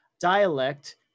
dialect